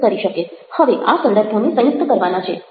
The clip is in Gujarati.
હવે આ સંદર્ભોને સંયુક્ત કરવાના છે